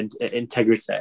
integrity